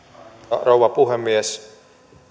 rouva puhemies